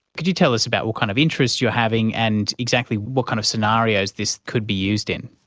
could you tell us about what kind of interest you're having and exactly what kind of scenarios this could be used in?